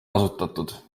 kasutatud